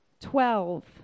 Twelve